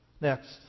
Next